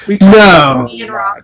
No